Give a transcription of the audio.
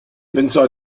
pensò